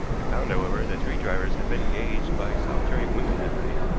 i found, however, that three drivers had been engaged by solitary women that night.